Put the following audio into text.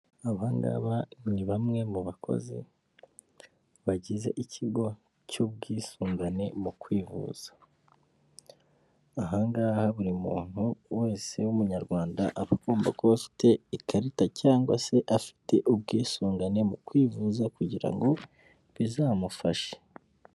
Abangaba ni bamwe mu bakozi bagize ikigo cy'ubwisungane mu kwivuza, ahangaha buri muntu wese w'umunyarwanda agomba kuba afite ikarita cyangwa se afite ubwisungane mu kwivuza kugira ngo bizamufashe.